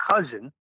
cousin